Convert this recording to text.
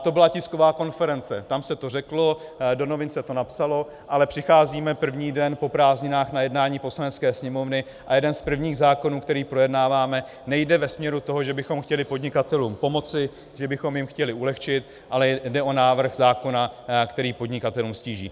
To byla tisková konference, tam se to řeklo, do novin se to napsalo, ale přicházíme první den po prázdninách na jednání Poslanecké sněmovny a jeden z prvních zákonů, který projednáváme, nejde ve směru toho, že bychom chtěli podnikatelům pomoci, že bychom jim chtěli ulehčit, ale jde o návrh zákona, který podnikatelům ztíží.